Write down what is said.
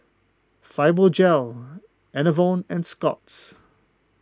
Fibogel Enervon and Scott's